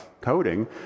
coding